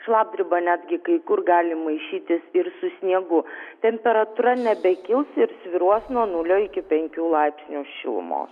šlapdriba netgi kai kur gali maišytis ir su sniegu temperatūra nebekils ir svyruos nuo nulio iki penkių laipsnių šilumos